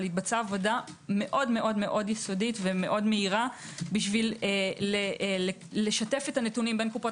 התבצעה עבודה מאוד יסודית ומהירה מאוד כדי לשתף את הנתונים בין קופות